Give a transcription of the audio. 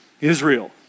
Israel